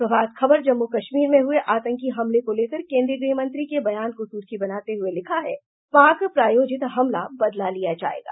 प्रभात खबर जम्मू कश्मीर में हुए आतंकी हमले को लेकर केन्द्रीय गृह मंत्री के बयान को सुर्खी बनाते हुए लिखा है पाक प्रायोजित हमलाबदला लिया जायेगा